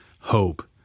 hope